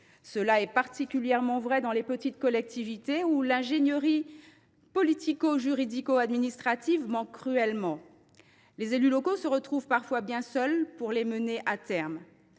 Cela est particulièrement vrai dans les petites collectivités, où l’ingénierie « politico juridico administrative » manque cruellement. Les élus locaux se retrouvent parfois bien seuls pour mener leurs